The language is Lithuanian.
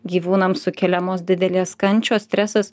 gyvūnam sukeliamos didelės kančios stresas